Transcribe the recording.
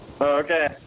okay